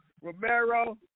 Romero